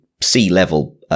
C-level